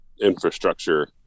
infrastructure